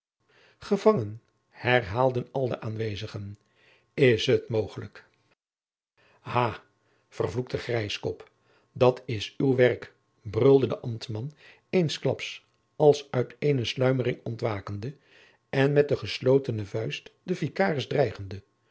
gevangen herhaalden al de aanwezigen is het mogelijk ha vervloekte grijskop dat is uw werk brulde de ambtman eensklaps als uit eene sluimering ontwakende en met de geslotene vuist den vikaris dreigende